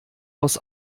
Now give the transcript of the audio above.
aus